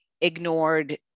ignored